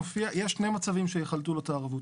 יש שני מצבים שיחלטו לו את הערבות.